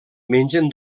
mengen